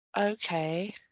Okay